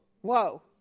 whoa